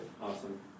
awesome